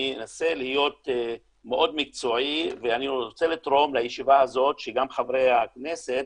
אני אנסה להיות מאוד מקצועי ואני רוצה לתרום לישיבה הזאת שגם חברי הכנסת